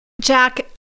Jack